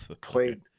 played